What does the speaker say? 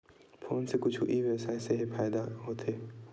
Phone से कुछु ई व्यवसाय हे फ़ायदा होथे?